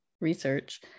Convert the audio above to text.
research